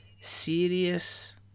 serious